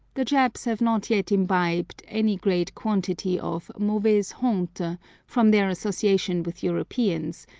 the japs have not yet imbibed any great quantity of mauvaise honte from their association with europeans,